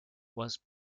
was